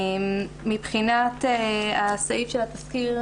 מבחינת סעיף התסקיר,